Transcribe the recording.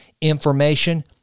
information